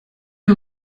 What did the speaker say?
mir